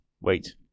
Wait